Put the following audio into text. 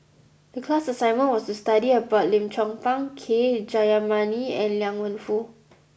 the class assignment was to study about Lim Chong Pang K Jayamani and Liang Wenfu